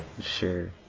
Sure